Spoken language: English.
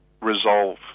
resolve